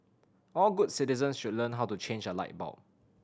all good citizens should learn how to change a light bulb